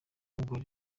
ubwo